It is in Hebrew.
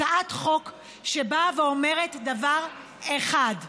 הצעת חוק שאומרת דבר אחד: